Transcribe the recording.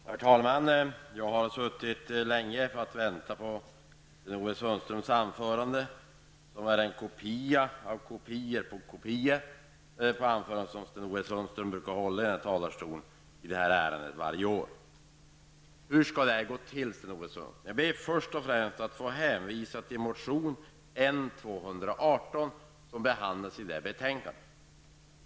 Herr talman! Jag har länge suttit och väntat på Sten-Ove Sundströms anförande, som är en kopia på kopior av de anföranden som han brukar hålla varje år från denna talarstol i detta ärende. Hur skall det här gå till, Sten-Ove Sundström? Jag ber först att få hänvisa till motion N218, som behandlas i detta betänkande.